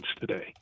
today